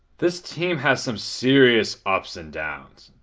this team has some serious ups and downs.